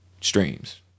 streams